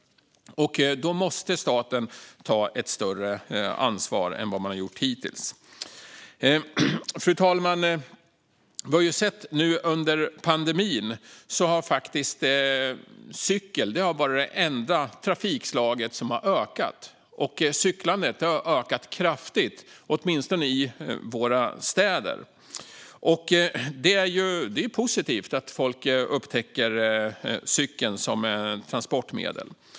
Då måste staten ta ett större ansvar än man har gjort hittills. Fru talman! Under pandemin har cykel faktiskt varit det enda trafikslaget som har ökat, och cyklandet har ökat kraftigt, åtminstone i våra städer. Det är positivt att folk upptäcker cykeln som transportmedel.